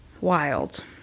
Wild